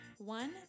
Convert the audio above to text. One